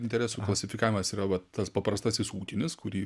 interesų klasifikavimas yra va tas paprastasis ūkinis kurį